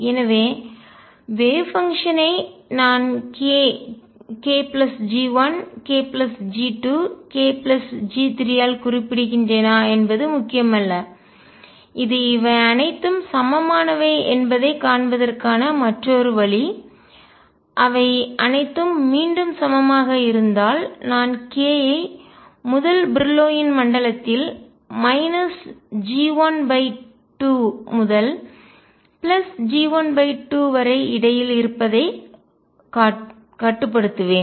எனவே wave function ஐ அலை செயல்பாட்டை நான் k k G1 k G2 k G3 ஆல் குறிப்பிடுகிறேனா என்பது முக்கியமல்ல இது இவை அனைத்தும் சமமானவை என்பதைக் காண்பதற்கான மற்றொரு வழி அவை அனைத்தும் மீண்டும் சமமாக இருந்தால் நான் k ஐ முதல் பிரில்லோயின் மண்டலத்தில் G1 2 முதல் G1 2 வரை இடையில் இருப்பதைக் கட்டுப்படுத்துவேன்